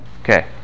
Okay